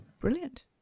Brilliant